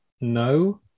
no